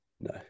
no